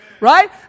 Right